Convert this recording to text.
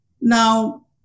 Now